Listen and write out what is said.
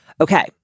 Okay